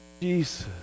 Jesus